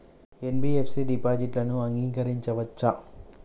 NBFC డిపాజిట్లను అంగీకరించవచ్చా?